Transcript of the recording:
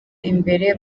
imbere